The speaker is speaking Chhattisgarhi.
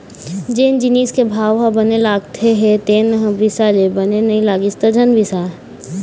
जेन जिनिस के भाव ह बने लागत हे तेन ल बिसा ले, बने नइ लागिस त झन बिसा